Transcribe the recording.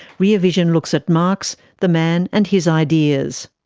rear vision looks at marx, the man and his ideas.